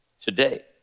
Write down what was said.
today